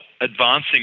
advancing